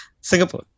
Singapore